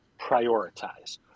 prioritize